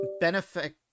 benefit